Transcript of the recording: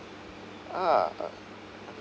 ah